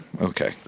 okay